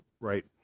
Right